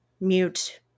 mute